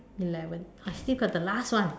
eleven I still got the last one